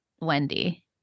Wendy